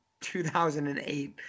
2008